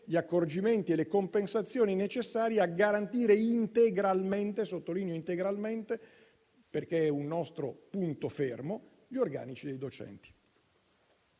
gli accorgimenti e le compensazioni necessarie a garantire integralmente - sottolineo integralmente, perché è un nostro punto fermo - gli organici dei docenti.